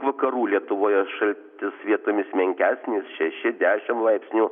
vakarų lietuvoje šaltis vietomis menkesnis šeši dešim laipsnių